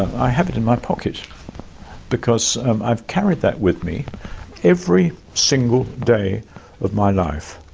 i have it in my pocket because i've carried that with me every single day of my life.